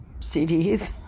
CDs